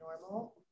normal